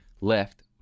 Left